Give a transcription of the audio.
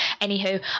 Anywho